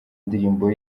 ndirimbo